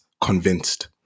convinced